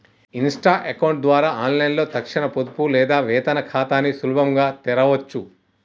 Insta account ద్వారా ఆన్లైన్లో తక్షణ పొదుపు లేదా వేతన ఖాతాని సులభంగా తెరవచ్చు